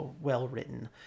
well-written